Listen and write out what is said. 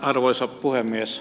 arvoisa puhemies